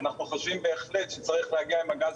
אנחנו חושבים בהחלט שצריך להגיע עם הגז